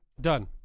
Done